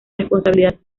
responsabilidad